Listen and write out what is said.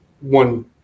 one